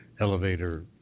elevator